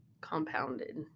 compounded